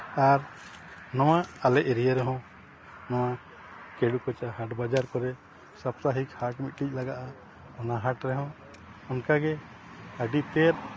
ᱟᱨ ᱱᱚᱣᱟ ᱟᱞᱮ ᱮᱨᱤᱭᱟ ᱨᱮᱦᱚᱸ ᱱᱚᱣᱟ ᱠᱮᱲᱩᱣᱟᱠᱚᱪᱟ ᱦᱟᱴ ᱵᱟᱡᱟᱨ ᱠᱚᱨᱮᱜ ᱥᱟᱯᱛᱟᱦᱤᱠ ᱦᱟᱴ ᱢᱤᱫᱴᱤᱡ ᱞᱟᱜᱟᱜ ᱟ ᱚᱱᱟ ᱦᱟᱴ ᱨᱮᱦᱚᱸ ᱚᱱᱠᱟᱜᱮ ᱟᱹᱰᱤ ᱛᱮᱫ